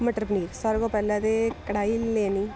मटर पनीर सारें कोला पैह्लें ते कड़ाही लैनी